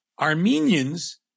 Armenians